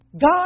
God